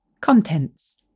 Contents